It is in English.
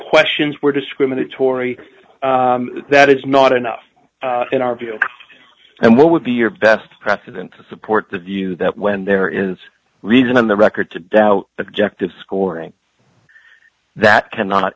questions were discriminatory that it is not enough in our view and what would be your best precedent to support the view that when there is reason on the record to doubt objective scoring that cannot